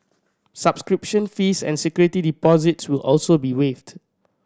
subscription fees and security deposits will also be waived